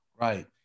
Right